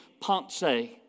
Ponce